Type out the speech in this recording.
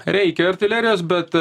reikia artilerijos bet